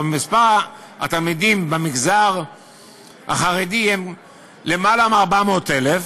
אבל מספר התלמידים במגזר החרדי הוא למעלה מ-400,000,